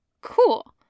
Cool